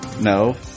No